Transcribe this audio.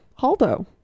Haldo